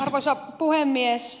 arvoisa puhemies